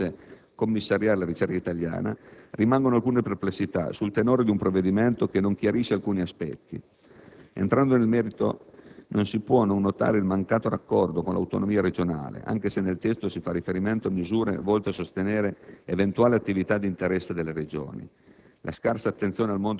sospettare che il Governo volesse commissariare la ricerca italiana, rimangono alcune perplessità sul tenore di un provvedimento che non chiarisce alcuni aspetti. Entrando nel merito, non si può non notare il mancato raccordo con l'autonomia regionale, anche se nel testo si fa riferimento a misure volte a sostenere eventuali attività di interesse della Regione;